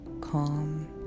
calm